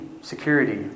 security